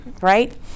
right